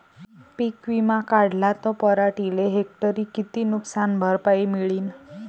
पीक विमा काढला त पराटीले हेक्टरी किती नुकसान भरपाई मिळीनं?